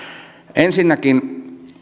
ensinnäkin